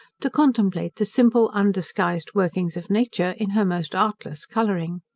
to contemplate the simple, undisguised workings of nature, in her most artless colouring.